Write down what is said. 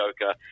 Joker